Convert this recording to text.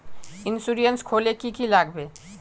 Insurance खोले की की लगाबे?